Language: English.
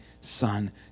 son